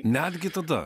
netgi tada